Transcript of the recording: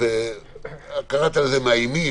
קראת לזה "מאיימים",